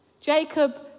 Jacob